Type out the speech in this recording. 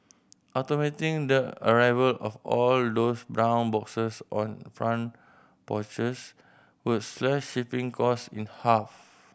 automating the arrival of all those brown boxes on front porches would slash shipping cost in half